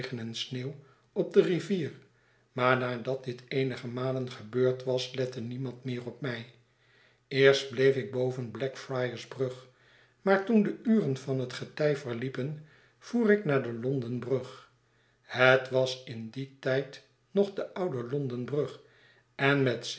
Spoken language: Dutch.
en sneeuw op de rivier maar nadat dit eenige malen gebeurd was lette niemand meer op mij eerst bleef ik boven blackfriars brug maar toen de uren van het getij verliepen voer ik naar de londenbrug het was in dien tijd nog de oude londenbrug en met